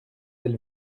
elle